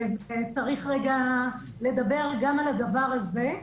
צריך לדבר גם על הדבר הזה.